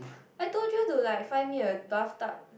I told you to like find me a bathtub